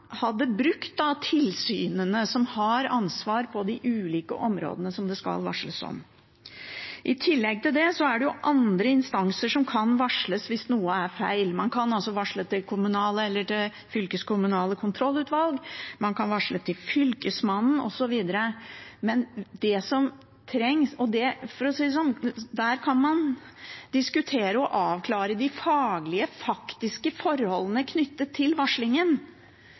hadde brukt tilsynene som har ansvar på de ulike områdene som det skal varsles om. I tillegg til det er det andre instanser som kan varsles hvis noe er feil. Man kan varsle til kommunale eller til fylkeskommunale kontrollutvalg, man kan varsle til Fylkesmannen osv. Der kan man diskutere og avklare de faglige, faktiske forholdene knyttet til varslingen,